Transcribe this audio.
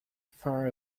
far